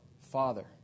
Father